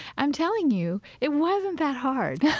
i'm telling you, it wasn't that hard